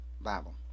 Bible